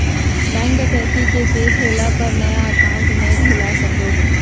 bank डकैती के case होला पर तो नया अकाउंट नय खुला सको हइ